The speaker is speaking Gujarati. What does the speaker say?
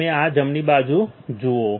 તમે આ જમણી બાજુ જુઓ